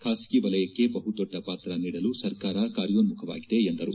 ಖಾಸಗಿ ವಲಯಕ್ಕೆ ಬಹುದೊಡ್ಡ ಪಾತ್ರ ನೀಡಲು ಸರ್ಕಾರ ಕಾರ್ಯೋನ್ನುಖವಾಗಿದೆ ಎಂದರು